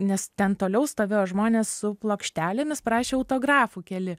nes ten toliau stovėjo žmonės su plokštelėmis prašė autografų keli